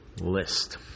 list